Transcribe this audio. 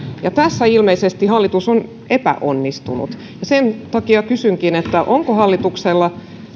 ja tässä ilmeisesti hallitus on epäonnistunut sen takia kysynkin onko hallituksella